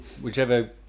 whichever